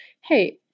hey